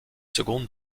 secondes